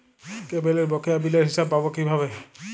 কেবলের বকেয়া বিলের হিসাব পাব কিভাবে?